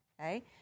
okay